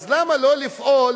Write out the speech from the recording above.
אז למה לא לפעול